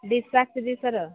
ಡಿಸ್ ಹಾಕ್ಸಿದಿವ್ ಸರ